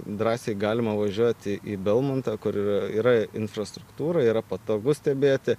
drąsiai galima važiuoti į belmontą kur yra yra infrastruktūra yra patogu stebėti